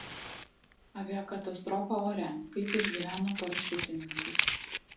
aviakatastrofa ore kaip išgyveno parašiutininkai